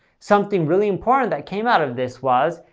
something really important that came out of this was,